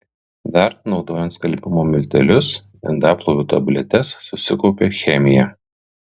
dar naudojant skalbimo miltelius indaplovių tabletes susikaupia chemija